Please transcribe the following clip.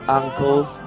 uncles